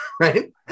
right